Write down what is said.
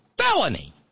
felony